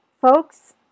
folks